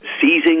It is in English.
seizing